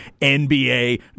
NBA